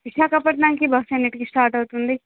విశాఖపట్నానికి బస్సు ఎన్నింటికి స్టార్ట్ అవుతుంది